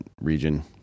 region